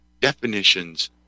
definitions